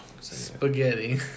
Spaghetti